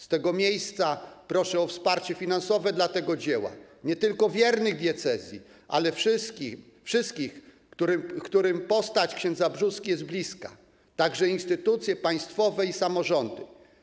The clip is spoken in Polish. Z tego miejsca proszę o wsparcie finansowe dla tego dzieła nie tylko wiernych diecezji, ale wszystkich, którym postać ks. Brzóski jest bliska, także instytucje państwowe i samorządy.